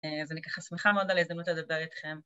אז אני ככה שמחה מאוד על ההזדמנות לדבר איתכם.